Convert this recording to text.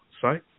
site